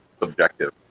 subjective